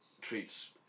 treats